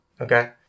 okay